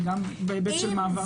וגם בהיבט של מעבר למשרד החינוך.